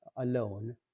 alone